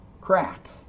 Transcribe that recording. crack